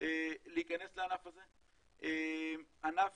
להכנס לענף הזה, ענף